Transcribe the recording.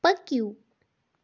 پٔکِّو